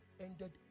ended